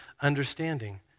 understanding